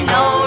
no